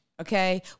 okay